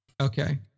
okay